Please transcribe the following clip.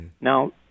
Now